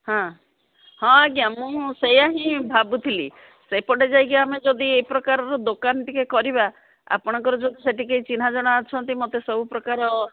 ହଁ ହଁ ଆଜ୍ଞା ମୁଁ ସେୟା ହିଁ ଭାବୁଥିଲି ସେଇପଟେ ଯାଇକି ଆମେ ଯଦି ଏଇ ପ୍ରକାରର ଦୋକାନ ଟିକେ କରିବା ଆପଣଙ୍କର ଯଦି ସେଠିକି ଚିନ୍ହା ଜଣା ଅଛନ୍ତି ମୋତେ ସବୁପ୍ରକାର